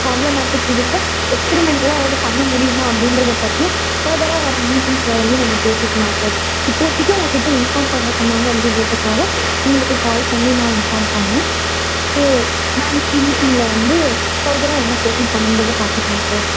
problematic இதுக்கும் எக்ஸ்பீரிமெண்ட்டலாம் எதாவது பண்ணமுடியுமா அப்படின்றத பற்றியும் ஃபர்தராக வர மீட்டிங்ஸில் வந்து நம்ம பேசிக்கலாம் சார் இப்போத்தைக்கு உங்கள்கிட்ட இன்ஃபார்ம் பண்ண சொன்னாங்க அப்படின்றதுக்காக உங்களுக்கு கால் பண்ணி நான் இன்ஃபார்ம் பண்ணேன் ஸோ நாளைக்கு மீட்டிங்கில் வந்து ஃபர்தராக என்ன ப்ரொசீட் பண்ணனுன்றதை பார்த்துக்கலாம் சார்